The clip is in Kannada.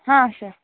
ಹಾಂ ಸರ್